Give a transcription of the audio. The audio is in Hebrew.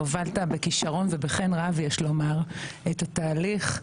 הובלת בכישרון ובחן רב, יש לומר, את התהליך.